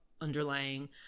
underlying